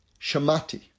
shamati